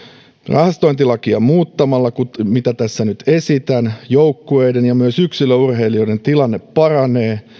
rahastointilakia muuttamalla mitä tässä nyt esitän joukkueiden ja myös yksilöurheilijoiden tilanne paranee